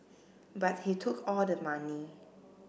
but he took all the money